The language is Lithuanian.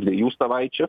dviejų savaičių